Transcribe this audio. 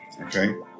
Okay